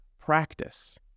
practice